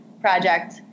project